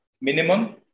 minimum